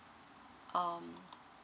um